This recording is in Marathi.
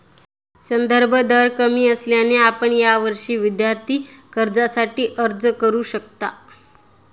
संदर्भ दर कमी असल्याने आपण यावर्षी विद्यार्थी कर्जासाठी अर्ज करू शकता